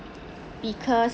because